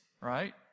right